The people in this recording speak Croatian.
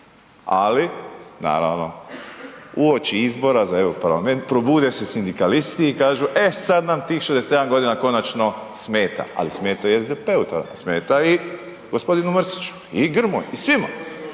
ali naravno, uoči izbora za EU parlament, probude se sindikalisti i kažu e, sad nam tih 67 g. konačno smeta ali smeta i SDP-u tada, smeta i g. Mrsiću i Grmoji i svima.